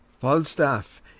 Falstaff